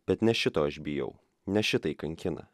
bet ne šito aš bijau ne šitai kankino